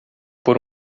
por